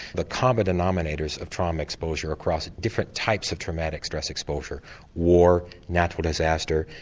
the common denominators of trauma exposure across different types of traumatic stress exposure war, natural disaster,